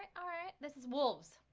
um right, this is wolves